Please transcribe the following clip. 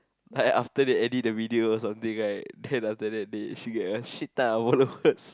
like after they edit the video right or something right then after that she get a shit tons of words